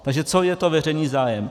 Takže co je to veřejný zájem.